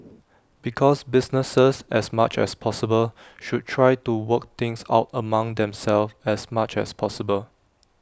because businesses as much as possible should try to work things out among themselves as much as possible